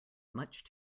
much